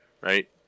Right